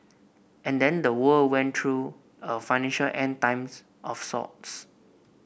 and then the world went through a financial End Times of sorts